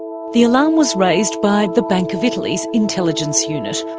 the alarm was raised by the bank of italy's intelligence unit.